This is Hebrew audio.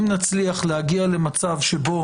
אם נצליח להגיע למצב שבו